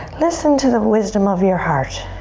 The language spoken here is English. listen to the wisdom of your heart.